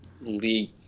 league